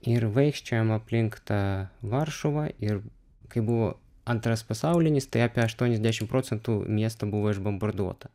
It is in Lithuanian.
ir vaikščiojom aplink tą varšuvą ir kai buvo antras pasaulinis tai apie aštuoniasdešim procentų miesto buvo išbombarduota